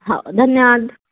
हो धन्यवाद